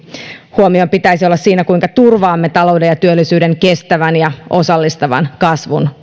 huomion pitäisi olla siinä kuinka turvaamme talouden ja työllisyyden kestävän ja osallistavan kasvun